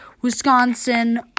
Wisconsin